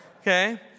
Okay